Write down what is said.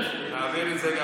נעביר את זה,